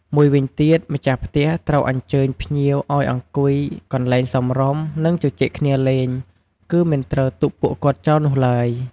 មួយវិញទៀត ម្ចាស់ផ្ទះត្រូវអញ្ចើញភ្ញៀវឱ្យអង្គុយកន្លែងសមរម្យ និង ជជែកគ្នាលេង គឺមិនត្រូវទុកពួកគាត់ចោលនោះឡើយ។